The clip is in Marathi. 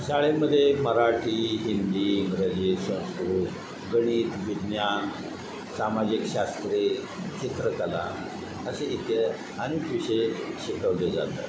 शाळेमध्ये मराठी हिंदी इंग्रजी संस्कृत गणित विज्ञान सामाजिक शास्त्रे चित्रकला असे इतक्या अनेक विषय शिकवले जातात